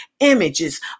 Images